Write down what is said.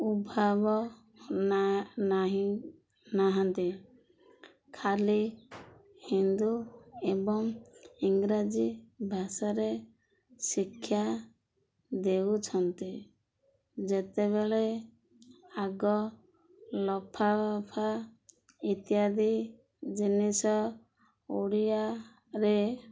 ଉଭାବନା ନାହିଁ ନାହାନ୍ତି ଖାଲି ହିନ୍ଦୁ ଏବଂ ଇଂରାଜୀ ଭାଷାରେ ଶିକ୍ଷା ଦେଉଛନ୍ତି ଯେତେବେଳେ ଆଗ ଲଫାବଫା ଇତ୍ୟାଦି ଜିନିଷ ଓଡ଼ିଆରେ